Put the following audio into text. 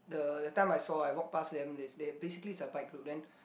the that time I saw I walk pass them they basically is a bike group then